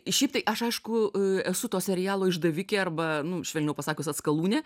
šiaip tai aš aišku esu to serialo išdavikė arba nu švelniau pasakius atskalūnė